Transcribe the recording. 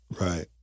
Right